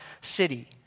city